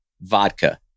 vodka